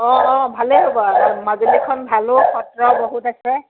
অঁ অঁ ভালেই হ'ব মাজুলীখন ভালো সত্ৰ বহুত আছে